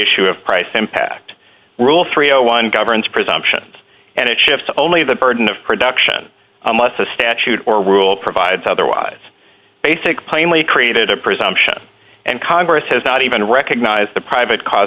issue of price impact rule three hundred and one governs presumptions and it shifts only the burden of production unless the statute or rule provides otherwise basic plainly created a presumption and congress has not even recognize the private cause